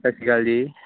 ਸਤਿ ਸ਼੍ਰੀ ਅਕਾਲ ਜੀ